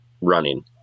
running